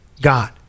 God